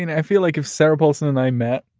and i feel like if sarah paulson and i met,